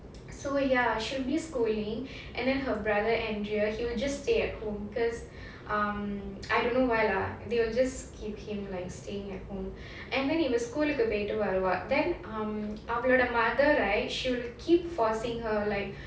so ya she'll be schooling and then her brother andrea he will just stay at home because um I don't know why lah they will just keep him like staying at home and then he was school கு போய்ட்டு வருவா:ku poyitu varuvaa then um அவ:ava mother right she'll keep forcing her like